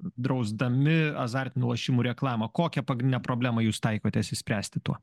drausdami azartinių lošimų reklamą kokią pagrindinę problemą jūs taikotės išspręsti tuo